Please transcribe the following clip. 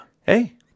Hey